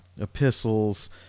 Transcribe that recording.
epistles